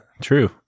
true